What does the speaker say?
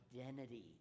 identity